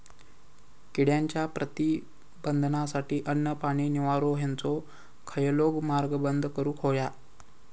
किड्यांच्या प्रतिबंधासाठी अन्न, पाणी, निवारो हेंचो खयलोय मार्ग बंद करुक होयो